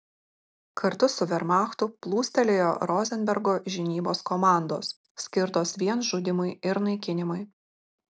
kartu su vermachtu plūstelėjo rozenbergo žinybos komandos skirtos vien žudymui ir naikinimui